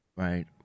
Right